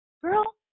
Girl